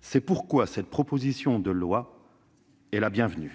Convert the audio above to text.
C'est pourquoi cette proposition de loi est la bienvenue.